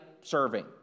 serving